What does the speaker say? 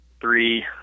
three